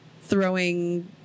throwing